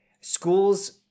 schools